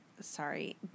sorry